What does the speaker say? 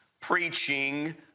preaching